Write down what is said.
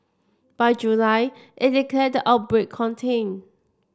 by July it declared the outbreak contained